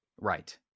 Right